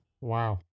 Wow